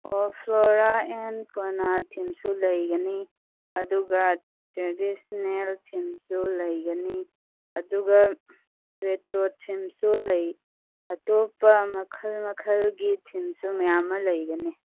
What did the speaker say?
ꯑꯣ flora and fauna ꯊꯤꯝꯁꯨ ꯂꯩꯒꯅꯤ ꯑꯗꯨꯒ ꯇ꯭ꯔꯦꯗꯤꯁꯅꯦꯜ ꯊꯤꯝꯁꯨ ꯂꯩꯒꯅꯤ ꯑꯗꯨꯒ ꯔꯦꯇ꯭ꯔꯣ ꯊꯤꯝꯁꯨ ꯂꯩ ꯑꯇꯣꯞꯄ ꯃꯈꯜ ꯃꯈꯜꯒꯤ ꯊꯤꯝꯁꯨ ꯃꯌꯥꯝ ꯑꯃ ꯂꯩꯒꯅꯤ